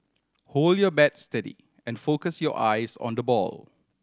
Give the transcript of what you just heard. hold your bat steady and focus your eyes on the ball